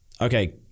okay